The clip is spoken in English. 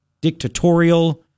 dictatorial